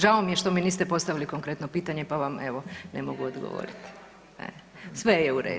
Žao mi je što mi niste postavili konkretno pitanje, pa vam evo ne mogu odgovoriti… [[Upadica iz klupe se ne razumije]] Sve je u redu.